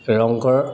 Rang Ghar